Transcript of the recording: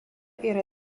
yra